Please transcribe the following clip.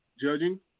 judging